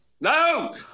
No